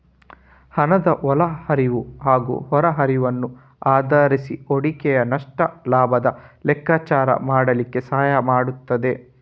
ಹಣದ ಒಳ ಹರಿವು ಹಾಗೂ ಹೊರ ಹರಿವನ್ನು ಆಧರಿಸಿ ಹೂಡಿಕೆಯ ನಷ್ಟ ಲಾಭದ ಲೆಕ್ಕಾಚಾರ ಮಾಡ್ಲಿಕ್ಕೆ ಸಹಾಯ ಮಾಡ್ತದೆ